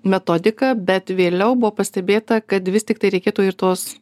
metodika bet vėliau buvo pastebėta kad vis tiktai reikėtų ir tos